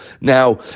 Now